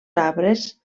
arbres